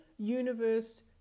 universe